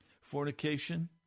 Fornication